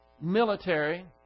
military